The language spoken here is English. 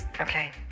okay